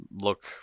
look